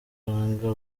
wanga